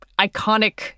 iconic